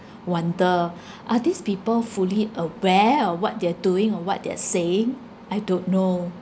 wonder are these people fully aware of what they are doing or what they are saying I don't know